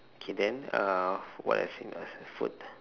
okay then uh what else in food